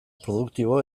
produktibo